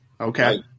Okay